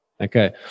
Okay